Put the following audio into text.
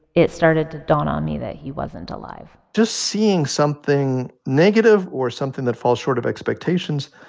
it started to dawn on me that he wasn't alive just seeing something negative or something that falls short of expectations,